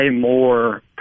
more